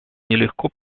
нелегко